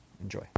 Enjoy